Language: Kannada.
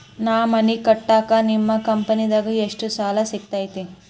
ನಾ ಮನಿ ಕಟ್ಟಾಕ ನಿಮ್ಮ ಕಂಪನಿದಾಗ ಎಷ್ಟ ಸಾಲ ಸಿಗತೈತ್ರಿ?